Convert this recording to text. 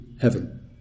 heaven